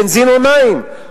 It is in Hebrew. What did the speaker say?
בנזין או מים,